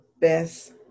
best